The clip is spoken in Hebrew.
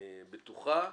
בטוחה,